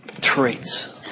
traits